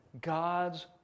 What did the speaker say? God's